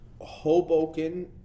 Hoboken